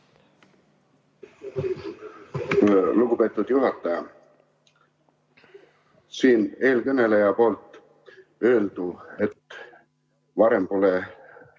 Lugupeetud juhataja! Siin eelkõneleja ütles, et varem pole,